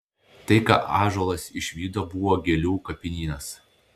tai ką ąžuolas išvydo buvo gėlių kapinynas